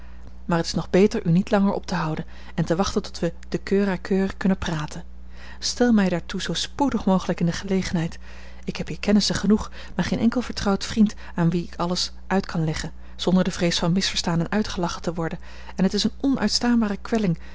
maar t is nog beter u niet langer op te houden en te wachten tot we de coeur a coeur kunnen praten stel mij daartoe zoo spoedig mogelijk in de gelegenheid ik heb hier kennissen genoeg maar geen enkel vertrouwd vriend aan wien ik alles uit kan leggen zonder de vrees van misverstaan en uitgelachen te worden en t is een